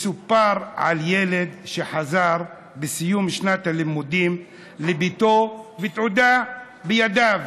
מסופר על ילד שחזר בסיום שנת הלימודים לביתו ותעודה בידיו.